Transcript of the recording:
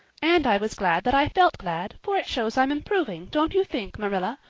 and i was glad that i felt glad, for it shows i'm improving, don't you think, marilla,